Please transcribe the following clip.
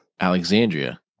Alexandria